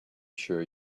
sure